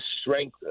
strength